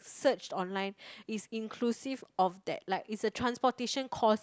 search online is inclusive of that like is a transportation cost